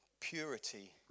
Purity